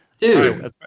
Dude